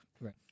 right